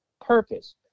purpose